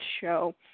show